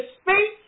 speak